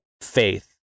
faith